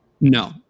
no